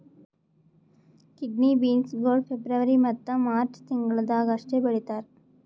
kidney beans ಗೊಳ್ February ಮತ್ತ March ತಿಂಗಿಳದಾಗ್ ಅಷ್ಟೆ ಬೆಳೀತಾರ್